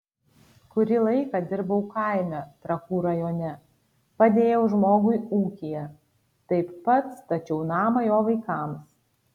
kurį laiką dirbau kaime trakų rajone padėjau žmogui ūkyje taip pat stačiau namą jo vaikams